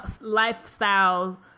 lifestyle